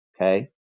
okay